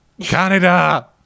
Canada